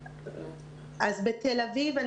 אז בתל אביב,